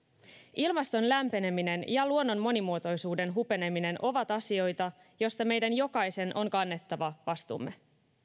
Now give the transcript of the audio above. ilmaston lämpeneminen ja luonnon monimuotoisuuden hupeneminen ovat asioita joista meidän jokaisen on kannettava vastuumme